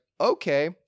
okay